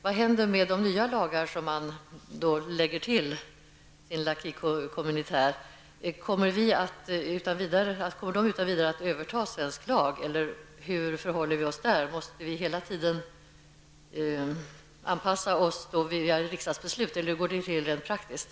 Vad händer med de nya lagar som läggs till l'acquis communautaire? Kommer de utan vidare att överta svensk lag? Hur förhåller vi oss där? Måste vi hela tiden anpassa oss via riksdagsbeslut? Hur går det till rent praktiskt?